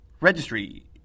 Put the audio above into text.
registry